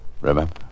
Remember